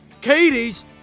Katie's